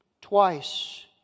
twice